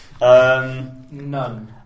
None